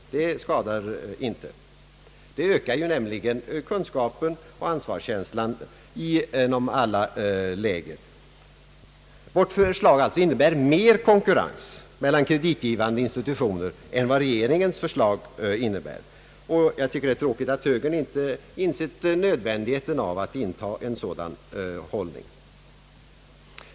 Det skadar inte. Det ökar nämligen kunskapen och ansvarskänslan inom alla läger. Vårt förslag innebär alltså mer konkurrens mellan kreditgivande institutioner än vad regeringens förslag innebär. Jag tycker att det är tråkigt att högern inte inser nödvändigheten att inta en sådan hållning.